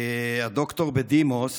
הדוקטור בדימוס